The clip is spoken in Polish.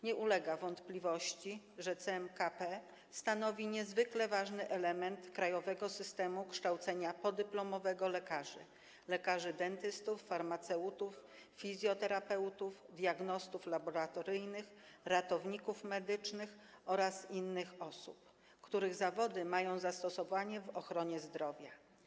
Nie ulega wątpliwości, że CMKP stanowi niezwykle ważny element krajowego systemu kształcenia podyplomowego lekarzy, lekarzy dentystów, farmaceutów, fizjoterapeutów, diagnostów laboratoryjnych, ratowników medycznych oraz innych osób, których zawody mają zastosowanie w ochronie zdrowia.